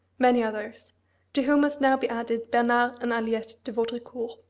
many others to whom must now be added bernard and aliette de vaudricourt.